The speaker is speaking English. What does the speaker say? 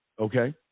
okay